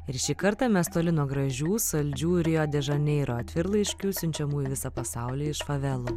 ir šį kartą mes toli nuo gražių saldžių rio de žaneiro atvirlaiškių siunčiamų į visą pasaulį iš favelų